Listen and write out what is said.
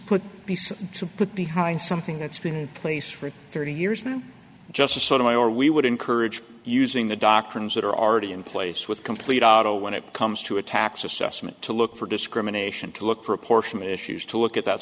to put behind something that's been in place for thirty years now just to sort of i or we would encourage using the doctrines that are already in place with complete auto when it comes to a tax assessment to look for discrimination to look for apportionment issues to look at that